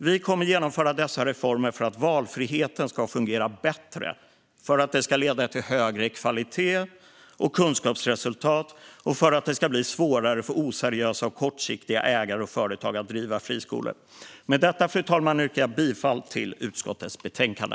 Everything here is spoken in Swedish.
Vi kommer att genomföra dessa reformer för att valfriheten ska fungera bättre, för att det ska leda till högre kvalitet och kunskapsresultat samt för att det ska bli svårare för oseriösa och kortsiktiga ägare och företag att driva friskolor. Fru talman! Jag yrkar bifall till förslaget i utskottets betänkande.